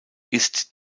ist